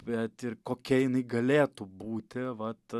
bet ir kokia jinai galėtų būti vat